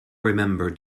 remember